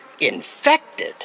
infected